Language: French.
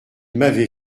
m’avait